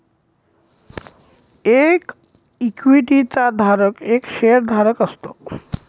एक इक्विटी चा धारक एक शेअर धारक असतो